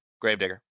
Gravedigger